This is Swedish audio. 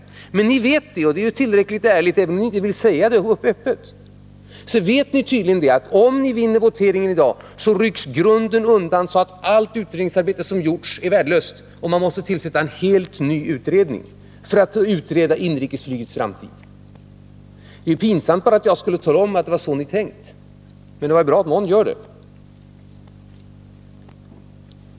Även om ni inte vill säga det öppet vet ni tydligen — och det är ju tillräckligt ärligt — att om ni vinner voteringen i dag så rycks grunden undan, så att Nr 53 | utredningsarbete som gjorts är värdelöst och man måste tillsätta en helt ny utredning av inrikesflygets framtid. Pinsamt bara, att jag skulle tala om att det är så ni tänkt! Men det är ju bra att någon gör det.